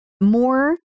More